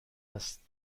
است